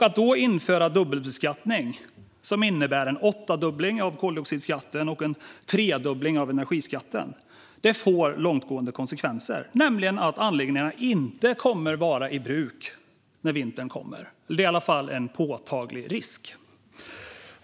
Att då införa en dubbelbeskattning som innebär en åttadubbling av koldioxidskatten och en tredubbling av energiskatten får långtgående konsekvenser, nämligen att anläggningarna inte kommer att vara i bruk när vintern kommer. Det är i alla fall en påtaglig risk.